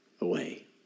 away